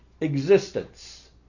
existence